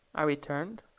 i returned.